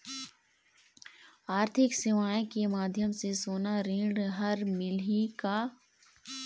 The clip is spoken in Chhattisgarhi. आरथिक सेवाएँ के माध्यम से सोना ऋण हर मिलही का?